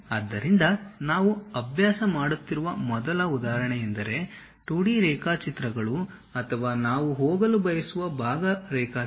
ಆದ್ದರಿಂದ ನಾವು ಅಭ್ಯಾಸ ಮಾಡುತ್ತಿರುವ ಮೊದಲ ಉದಾಹರಣೆಯೆಂದರೆ 2D ರೇಖಾಚಿತ್ರಗಳು ಅಥವಾ ನಾವು ಹೋಗಲು ಬಯಸುವ ಭಾಗ ರೇಖಾಚಿತ್ರ